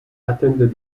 attended